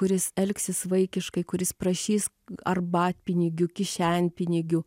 kuris elgsis vaikiškai kuris prašys arbatpinigių kišenpinigių